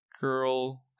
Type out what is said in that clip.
girl